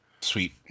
Sweet